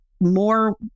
more